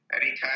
anytime